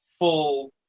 Full